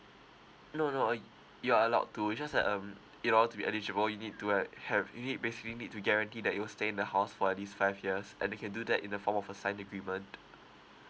no no uh y~ you're allowed to just that um in order to be eligible you need to like have you need basically need to guarantee that you'll stay in the house for at least five years and you can do that in the form of a signed agreement